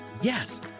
Yes